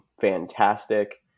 fantastic